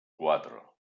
cuatro